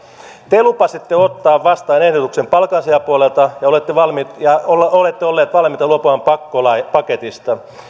te lupasitte ottaa vastaan ehdotuksen palkansaajapuolelta ja olette olleet valmiita luopumaan pakkolakipaketista